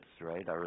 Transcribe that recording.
right